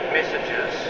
messages